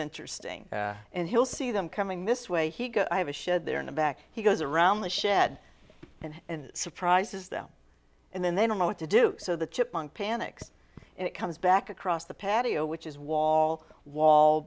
interesting and he'll see them coming this way he go i have a shed there in the back he goes around the shed and surprises them and then they don't know what to do so the chipmunk panics and it comes back across the patio which is wall wall